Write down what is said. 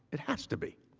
it has to be.